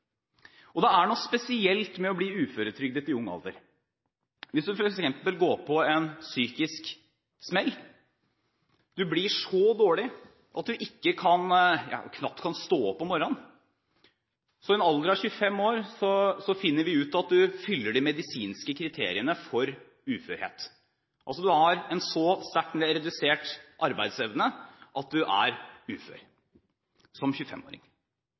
og hjelpe dem videre. Det er noe spesielt ved å bli uføretrygdet i ung alder. Hvis du f.eks. går på en psykisk smell og blir så dårlig at du knapt kan stå opp om morgenen i en alder av 25 år, finner vi at du fyller de medisinske kriteriene for uførhet. Du har altså en så sterkt redusert arbeidsevne at du er ufør som